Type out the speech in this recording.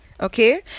okay